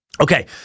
Okay